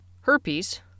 herpes